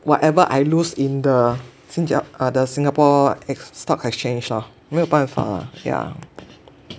whatever I lose in the 新加 uh the Singapore exc~ stock exchange lor 没有办法啦 yeah